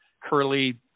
curly